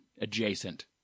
adjacent